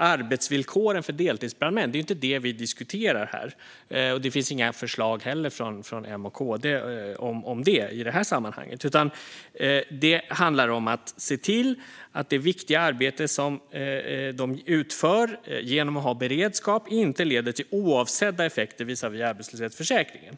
arbetsvillkoren för deltidsbrandmän, och det är ju inte det vi diskuterar här. Det finns heller inga förslag från M och KD om arbetsvillkoren i det här sammanhanget, utan det handlar om att se till att det viktiga arbete som deltidsbrandmännen utför genom att ha beredskap inte leder till oavsedda effekter visavi arbetslöshetsförsäkringen.